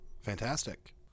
fantastic